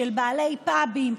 של בעלי פאבים,